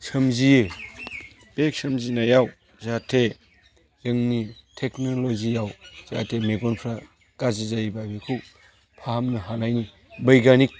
सोमजियो बे सोमजिनायाव जाहाथे जोंनि टेक्न'लजियाव जाहाथे मेगनफ्रा गाज्रि जायोबा बेखौ फाहामनो हानायनि बैग्यानिक